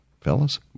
Fellas